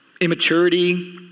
immaturity